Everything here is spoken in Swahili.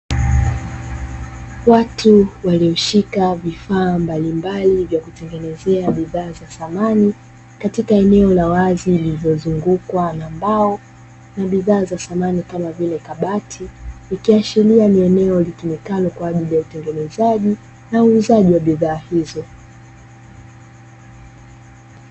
Watu walioshika vifaa mbalimbali vya kutengenezea bidhaa za samani, katika eneo la wazi lililozungukwa na mbao na bidhaa za samani kama vile kabati, ikiashiria ni eneo litumikalo kwa ajili ya utengenezaji na uuzaji wa bidhaa hizo.